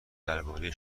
درباره